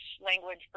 language